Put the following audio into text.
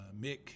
Mick